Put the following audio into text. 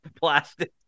plastic